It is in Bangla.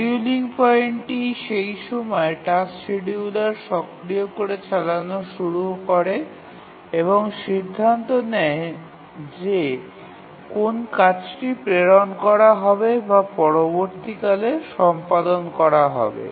শিডিউলিং পয়েন্টটি সেই সময় টাস্ক শিডিয়ুলার সক্রিয় করে চালানো শুরু করে এবং সিদ্ধান্ত নেয় যে কোন কাজটি প্রেরণ করা হবে বা পরবর্তীতে সম্পাদন শুরু করা হবে